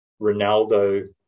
Ronaldo